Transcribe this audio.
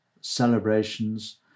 celebrations